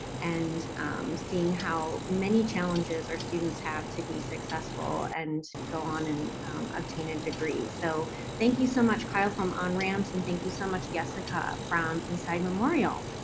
and seeing how many challenges our students have to be successful, and go on and obtain a degree, so thank you so much, kyle, from onramps, and thank you so much, yesica, from eastside memorial.